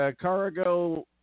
cargo